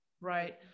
right